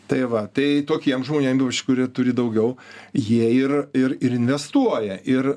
tai va tai tokiem žmonėm kurie turi daugiau jie ir ir ir investuoja ir